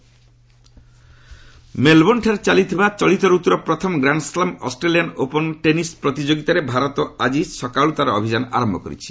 Australian Open ମେଲବୋର୍ଷ୍ଣଠାରେ ଚାଲିଥିବା ଚଳିତ ରତୁର ପ୍ରଥମ ଗ୍ରାଣ୍ଡସ୍ଲାମ୍ ଅଷ୍ଟ୍ରେଲିଆନ୍ ଓପନ୍ ଟେନିସ୍ ପ୍ରତିଯୋଗିତାରେ ଭାରତ ଆଜି ସକାଳୁ ତାର ଅଭିଯାନ ଆରମ୍ଭ କରିଛି